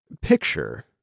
picture